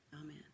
Amen